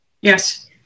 yes